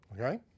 Okay